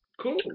cool